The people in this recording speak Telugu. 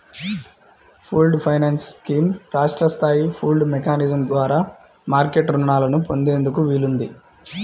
పూల్డ్ ఫైనాన్స్ స్కీమ్ రాష్ట్ర స్థాయి పూల్డ్ మెకానిజం ద్వారా మార్కెట్ రుణాలను పొందేందుకు వీలుంది